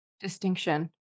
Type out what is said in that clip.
distinction